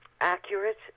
accurate